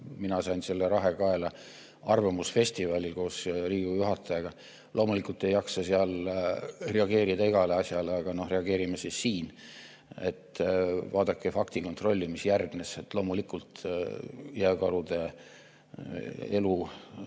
Mina sain selle rahe kaela arvamusfestivalil koos Riigikogu [esimehega]. Loomulikult ei jaksa seal reageerida igale asjale, aga reageerime siis siin. Vaadake faktikontrolli, mis järgnes. Jääkarude elu